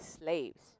slaves